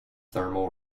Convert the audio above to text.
thermal